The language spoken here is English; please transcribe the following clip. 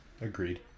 Agreed